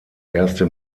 erste